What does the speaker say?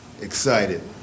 excited